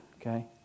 okay